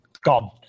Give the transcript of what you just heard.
gone